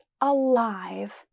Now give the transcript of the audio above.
alive